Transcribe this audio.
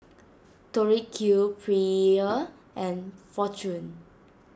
Tori Q Perrier and Fortune